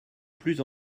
plus